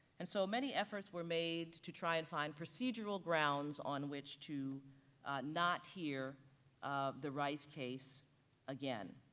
and so many efforts were made to try and find procedural grounds on which to not hear um the rice case again.